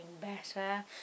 better